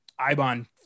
Ibon